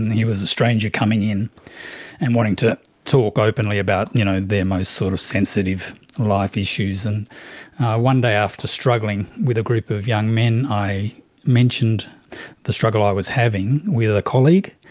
and here was a stranger coming in and wanting to talk openly about you know their most sort of sensitive life issues. and one day after struggling with a group of young men i mentioned the struggle ah i was having with a colleague,